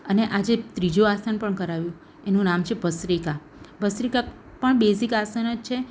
અને આજે ત્રીજું આસન પણ કરાવ્યું એનું નામ છે ભસ્ત્રિકા ભસ્ત્રિકા પણ બેઝિક આસન જ છે